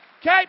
Okay